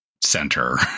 center